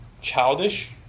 childish